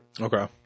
Okay